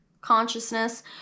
consciousness